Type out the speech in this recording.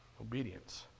Obedience